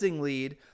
lead